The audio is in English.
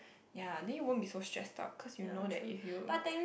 ya then you won't be so stress up cause you know that if you